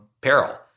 peril